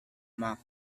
mac